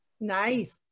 Nice